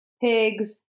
pigs